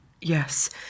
Yes